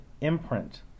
imprint